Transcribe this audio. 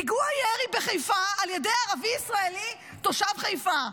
פיגוע ירי בחיפה על ידי ערבי ישראלי תושב חיפה.